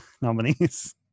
nominees